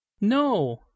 No